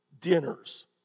dinners